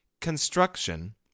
construction